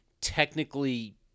technically